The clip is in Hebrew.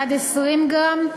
עד 20 גרם,